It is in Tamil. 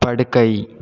படுக்கை